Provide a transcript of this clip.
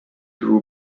grew